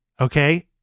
Okay